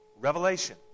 revelation